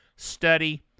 study